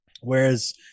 Whereas